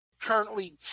currently